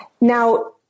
Now